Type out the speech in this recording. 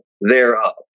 thereof